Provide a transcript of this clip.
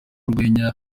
urwenya